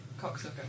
Cocksucker